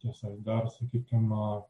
tiesa dar sakykim